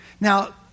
Now